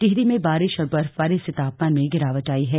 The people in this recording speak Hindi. टिहरी में बारिश और बर्फबारी से तापमान में गिरावट आई है